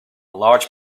large